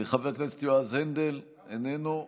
חבר הכנסת יועז הנדל, איננו.